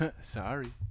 sorry